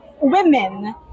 women